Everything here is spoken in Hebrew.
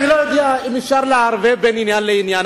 אני לא יודע אם אפשר לערבב בין עניין לעניין,